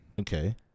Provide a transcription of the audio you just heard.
Okay